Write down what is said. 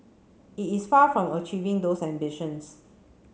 it is far from achieving those ambitions